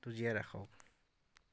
টো জীয়াই ৰাখক